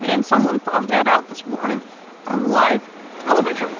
and someone found that out this morning on um live television